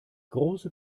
große